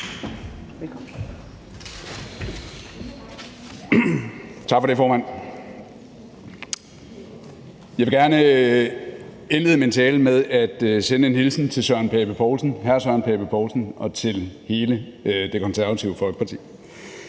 Tak for det, formand. Jeg vil gerne indlede min tale med at sende en hilsen til hr. Søren Pape Poulsen og til hele Det Konservative Folkeparti.